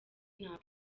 ntabwo